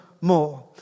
more